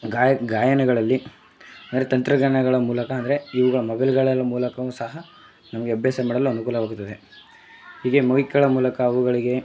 ಗಾಯ ಗಾಯನಗಳಲ್ಲಿ ಅಂದ್ರೆ ತಂತ್ರಜ್ಞಾನಗಳ ಮೂಲಕ ಅಂದರೆ ಈಗ ಮೊಬೈಲ್ಗಳ ಮೂಲಕವೂ ಸಹ ನಮಗೆ ಅಭ್ಯಾಸ ಮಾಡಲು ಅನುಕೂಲವಾಗುತ್ತದೆ ಹೀಗೆ ಮೈಕ್ಗಳ ಮೂಲಕ ಅವುಗಳಿಗೆ